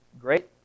great